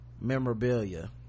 memorabilia